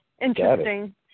Interesting